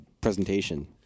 presentation